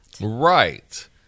Right